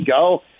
go